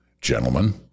Gentlemen